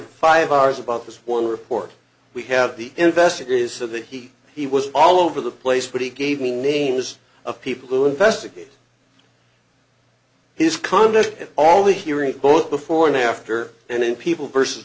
him five hours about this one report we have the investigators said that he he was all over the place but he gave me names of people who investigate his conduct all the hearings both before and after and in people versus